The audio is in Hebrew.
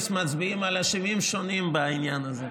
מצביעים על אשמים שונים בעניין הזה.